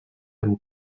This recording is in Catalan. amb